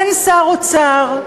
אין שר אוצר.